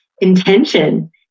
intention